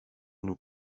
nous